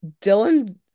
Dylan